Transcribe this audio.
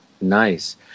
nice